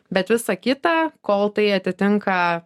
bet visa kita kol tai atitinka